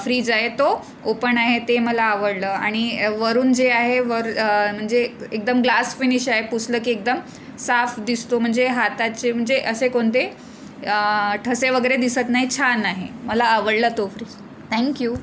fridge आहे तो open आहे ते मला आवडलं आणि वरून जे आहे वर म्हणजे एकदम ग्लास फिनिश आहे पुसलं की एकदम साफ दिसतो म्हणजे हाताचे म्हणजे असे कोणते ठसे वगैरे दिसत नाही छान आहे मला आवडला तो फ्रीज थँक्यू